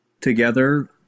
together